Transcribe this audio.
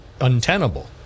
untenable